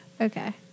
okay